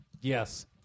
Yes